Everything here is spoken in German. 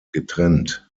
getrennt